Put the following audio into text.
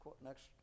next